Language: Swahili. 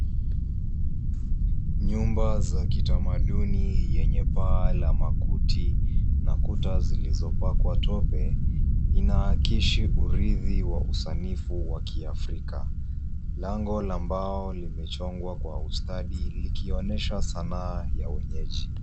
Nyumba za kitamaduni yenye paa la makuti na kuta zilizopakwa tope, inaakisi urithi wa usanifu wa kiafrika. Lango la mbao limechongwa kwa ustadi likionyesha sanaa ya wenyeji.